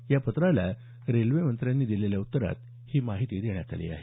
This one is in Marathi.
या पत्राला रेल्वे मंत्र्यांनी दिलेल्या उत्तरात ही माहिती देण्यात आली आहे